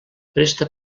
presta